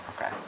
Okay